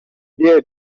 dare